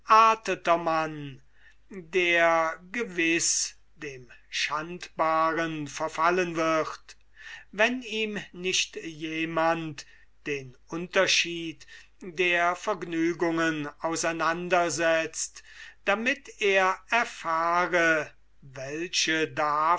der dem schandbaren verfallen wird wenn ihm nicht jemand den unterschied der vergnügungen auseinandersetzt damit er erfahre welche